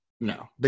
No